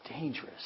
dangerous